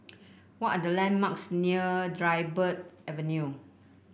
what are the landmarks near Dryburgh Avenue